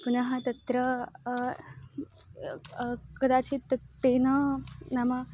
पुनः तत्र कदाचित् तत् तेन नाम